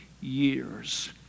years